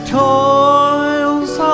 toils